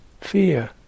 fear